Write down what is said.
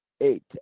Eight